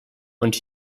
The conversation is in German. und